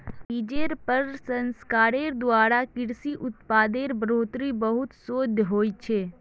बिजेर प्रसंस्करनेर द्वारा कृषि उत्पादेर बढ़ोतरीत बहुत शोध होइए